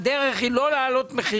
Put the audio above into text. אני חושב שהדרך היא לא להעלות מחירים.